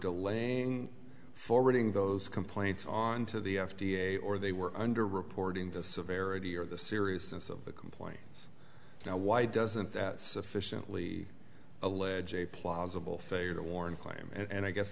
delaying forwarding those complaints on to the f d a or they were under reporting the severity or the seriousness of the complaints now why doesn't that sufficiently allege a plausible failure to warn claim and i guess